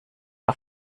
auf